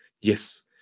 yes